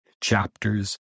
chapters